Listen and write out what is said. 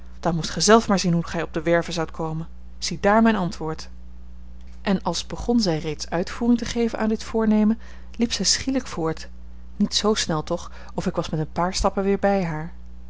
dan moest gij zelf maar zien hoe gij op de werve zoudt komen ziedaar mijn antwoord en als begon zij reeds uitvoering te geven aan dit voornemen liep zij schielijk voort niet zoo snel toch of ik was met een paar stappen weer bij haar